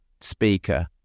speaker